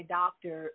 doctor